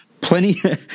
plenty